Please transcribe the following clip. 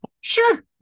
sure